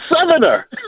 Southerner